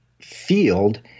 field